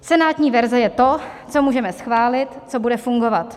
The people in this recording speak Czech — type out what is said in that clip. Senátní verze je to, co můžeme schválit, co bude fungovat.